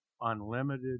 unlimited